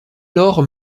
lors